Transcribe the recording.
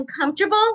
uncomfortable